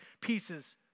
pieces